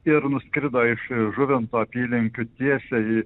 ir nuskrido iš žuvinto apylinkių tiesiai į